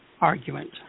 argument